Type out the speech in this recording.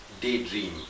daydream